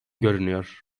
görünüyor